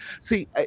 See